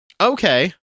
Okay